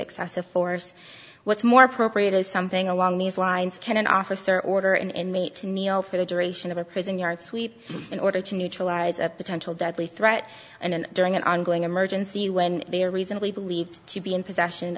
excessive force what's more appropriate is something along these lines can an officer order an inmate to kneel for the duration of a prison yard sweep in order to neutralize a potential deadly threat and during an ongoing emergency when they are reasonably believed to be in possession